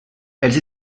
elles